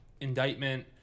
indictment